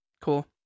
cool